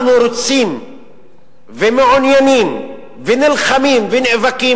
אנחנו רוצים ומעוניינים ונלחמים ונאבקים,